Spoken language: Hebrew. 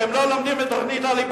כי הם לא לומדים את תוכנית הליבה.